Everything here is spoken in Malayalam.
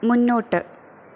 മുന്നോട്ട്